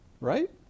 right